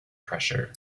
pressure